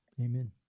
amen